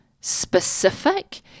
specific